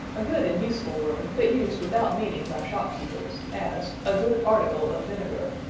a good and useful word, but used without meaning by shopkeepers as, a good article of vinegar,